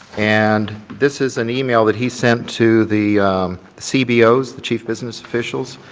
and this is an email that he sent to the cbos, the chief business officials,